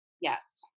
Yes